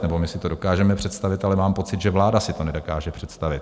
Nebo my si to dokážeme představit, ale mám pocit, že vláda si to nedokáže představit.